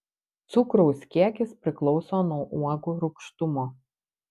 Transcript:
cukraus kiekis priklauso nuo uogų rūgštumo